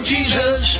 Jesus